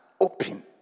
open